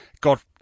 Got